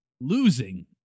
losing